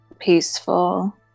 peaceful